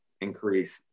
increase